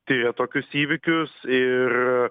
tiria tokius įvykius ir